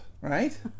right